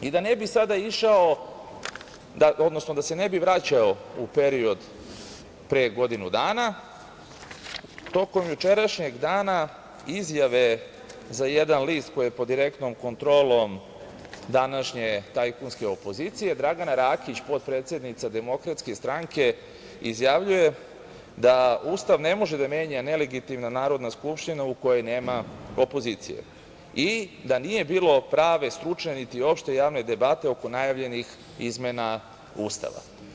Da ne bi sada išao, odnosno da se ne bi vraćao u period pre godinu dana, tokom jučerašnjeg dana izjave za jedan list koji je pod direktnom kontrolom današnje tajkunske opozicije, Dragana Rakić, potpredsednica DS, izjavljuje da Ustav ne može da menja nelegitimna Narodna skupština u kojoj nema opozicije i da nije bilo prave stručne, niti opšte javne debate oko najavljenih izmena Ustava.